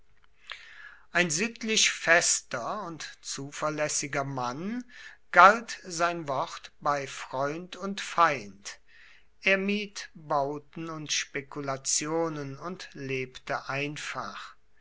ein sittlich fester und zuverlässiger mann galt sein wort bei freund und feind er mied bauten und spekulationen und lebte einfach